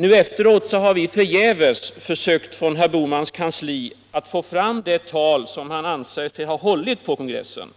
Nu efteråt har vi förgäves försökt att från herr Bohmans kansli få fram det tal som han anser sig ha hållit på kongressen.